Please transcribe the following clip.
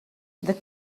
the